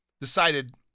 decided